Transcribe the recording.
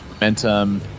momentum